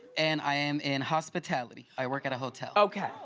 and i am in hospitality, i work at a hotel. okay.